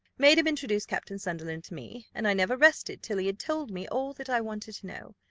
made him introduce captain sunderland to me, and i never rested till he had told me all that i wanted to know.